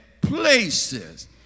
places